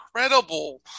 incredible